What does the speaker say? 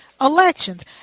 elections